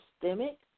systemic